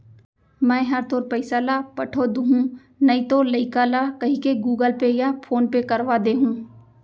मैं हर तोर पइसा ल पठो दुहूँ नइतो लइका ल कइके गूगल पे या फोन पे करवा दे हूँ